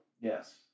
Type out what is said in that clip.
Yes